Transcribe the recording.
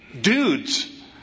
dudes